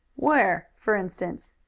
where, for instance?